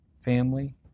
family